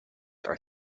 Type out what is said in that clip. are